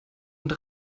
und